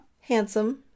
handsome